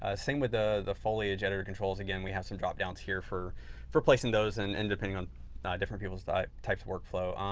ah same with ah the foliage editor controls. again, we have some drop-downs here for for placing those and and depending on different people's types of workflow.